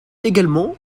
également